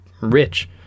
rich